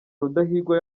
rudahigwa